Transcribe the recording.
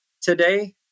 today